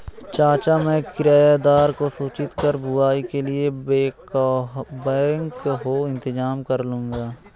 चाचा मैं किराएदार को सूचित कर बुवाई के लिए बैकहो इंतजाम करलूंगा